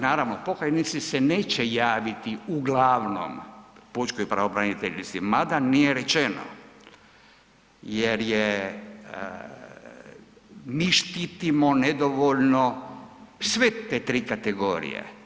Naravno, pokajnici se neće javiti uglavnom pučkoj pravobraniteljici, mada nije rečeno jer je mi štitimo nedovoljno sve te tri kategorije.